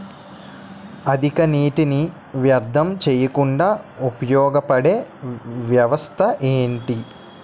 అధిక నీటినీ వ్యర్థం చేయకుండా ఉపయోగ పడే వ్యవస్థ ఏంటి